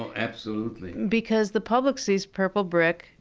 absolutely. because the public sees purple brick,